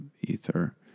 ether